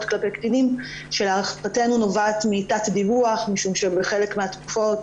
כלפי קטינים שלהערכתנו נובעת מתת דיווח משום שבחלק מהתקופות,